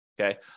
Okay